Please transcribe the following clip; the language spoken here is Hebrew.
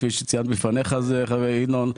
כפי שציינתי בפני ינון אזולאי,